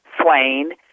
Swain